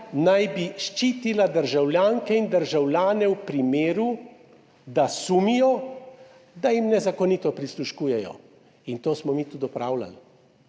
naj bi ščitila državljanke in državljane v primeru, da sumijo, da jim nezakonito prisluškujejo. In to smo mi tudi opravljali.